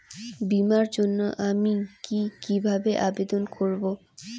বিমার জন্য আমি কি কিভাবে আবেদন করব?